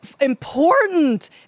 important